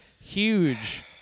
Huge